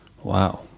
Wow